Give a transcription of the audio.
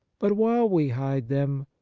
but while we hide them,